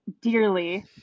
dearly